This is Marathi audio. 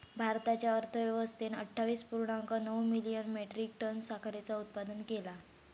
भारताच्या अर्थव्यवस्थेन अट्ठावीस पुर्णांक नऊ मिलियन मेट्रीक टन साखरेचा उत्पादन केला